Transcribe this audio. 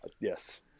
Yes